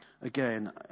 Again